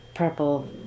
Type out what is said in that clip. purple